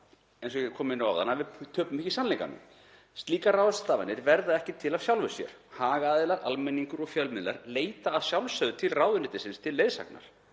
eins og ég kom inn á áðan, að við töpum ekki sannleikanum. Slíkar ráðstafanir verða ekki til af sjálfu sér. Hagaðilar, almenningur og fjölmiðlar leita að sjálfsögðu til ráðuneytisins til leiðsagnar.